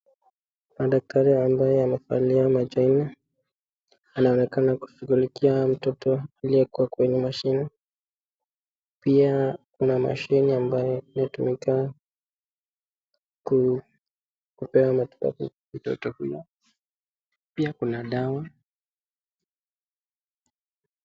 Daktari ambaye amevaa macho nne anaonekana akimshughulikia mtoto aliyekuwa kwenye mashine. Pia kuna mashine ambayo inatumika kupea matibabu mtoto huyo, pia kuna dawa.